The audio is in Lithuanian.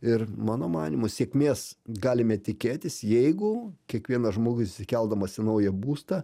ir mano manymu sėkmės galime tikėtis jeigu kiekvienas žmogus įsikeldamas į naują būstą